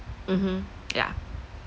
mmhmm yeah